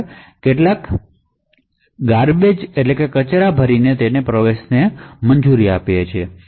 સરનામાં ને ગાર્બેજ થી ભરી પ્રવેશને મંજૂરી આપી રહ્યા છે